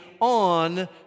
on